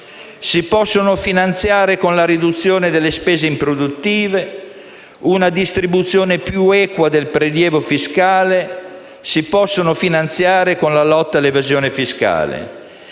si possono finanziare con la riduzione delle spese improduttive, con una distribuzione più equa del prelievo fiscale, con la lotta all'evasione fiscale.